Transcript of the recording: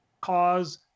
cause